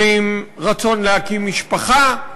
ועם רצון להקים משפחה.